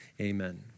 amen